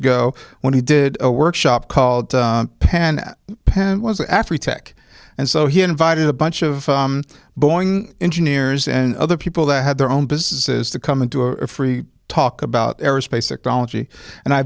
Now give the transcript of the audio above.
ago when he did a workshop called pen pen was after tech and so he invited a bunch of boeing engineers and other people that had their own businesses to come into a free talk about aerospace ecology and i